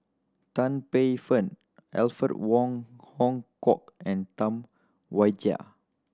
Tan Paey Fern Alfred Wong Hong Kwok and Tam Wai Jia